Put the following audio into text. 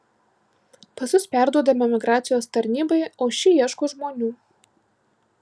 pasus perduodame migracijos tarnybai o ši ieško žmonių